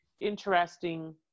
interesting